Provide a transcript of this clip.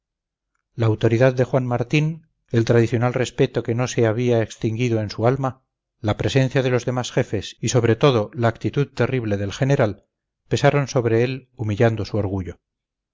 la autoridad de juan martín el tradicional respeto que no se había extinguido en su alma la presencia de los demás jefes y sobre todo la actitud terrible del general pesaron sobre él humillando su orgullo